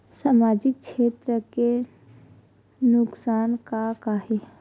सामाजिक क्षेत्र के नुकसान का का हे?